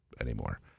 anymore